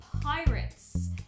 pirates